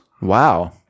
Wow